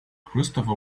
christopher